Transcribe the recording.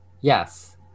yes